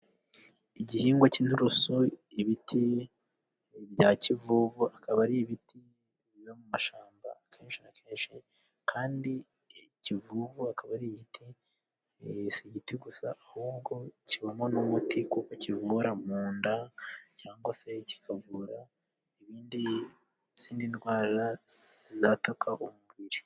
Igihingwa cy'inturusu, ibiti bya Kivuvu, akaba ari ibiti biba mu mashyamba kenshi na kenshi, kandi Kivuvu akaba ari igiti, si giti gusa ahubwo kivamo n'umuti kuko kivura mu nda cyangwa se kikavura n'izindi ndwara zataka umubiri.